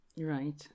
Right